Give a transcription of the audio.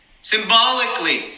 Symbolically